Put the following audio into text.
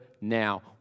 now